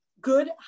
good